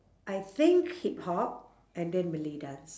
I think hip hop and then malay dance